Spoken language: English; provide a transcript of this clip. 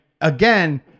again